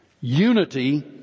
Unity